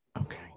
okay